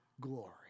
glory